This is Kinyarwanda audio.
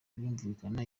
birumvikana